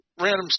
random